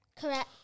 Correct